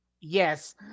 Yes